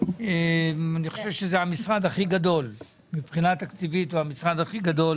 אני חושב שזה המשרד הכי גדול תקציבית בממשלה.